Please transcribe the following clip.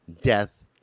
death